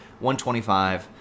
125